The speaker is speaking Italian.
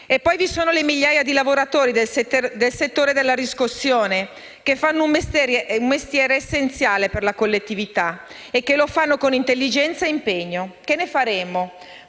E poi vi sono le migliaia di lavoratori del settore della riscossione che fanno un mestiere essenziale per la collettività e lo fanno con intelligenza e impegno. Che ne faremo?